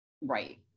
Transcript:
right